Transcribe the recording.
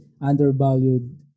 undervalued